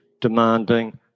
demanding